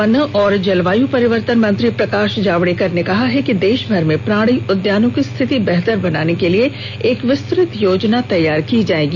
केन्द्रीय पर्यावरण वन और जलवायु परिवर्तन मंत्री प्रकाश जावड़ेकर ने कहा है कि देशभर में प्राणि उद्यानों की स्थिति बेहतर बनाने के लिए एक विस्तृत योजना तैयार की जाएगी